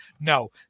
No